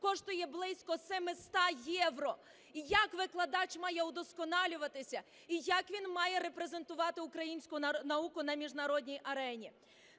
коштує близько 700 євро. Як викладач має удосконалюватися і як він має репрезентувати українську науку на міжнародній арені?